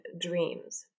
dreams